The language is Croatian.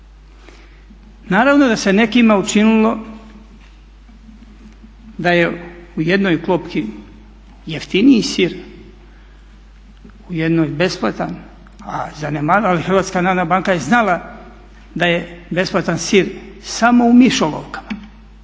Naravno da se nekima učinilo da je u jednoj klopki jeftiniji sir u jednoj besplatan, a HNB je znala za besplatan sir samo u mišolovkama,